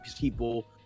people